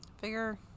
Figure